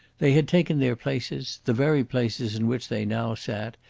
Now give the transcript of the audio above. they had taken their places, the very places in which they now sat,